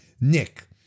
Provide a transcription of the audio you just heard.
nick